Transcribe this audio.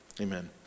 Amen